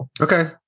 Okay